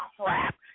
crap